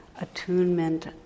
attunement